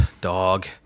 dog